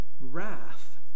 wrath